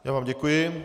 Já vám děkuji.